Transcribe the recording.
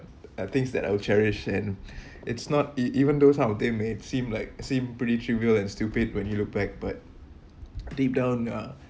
and things that I will cherish and it's not e~ even though some of them may seem like seem pretty trivial and stupid when you look back but deep down uh